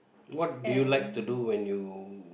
what do you like to do when you